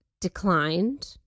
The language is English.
declined